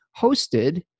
hosted